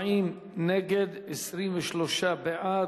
40 נגד, 23 בעד.